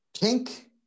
pink